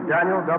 Daniel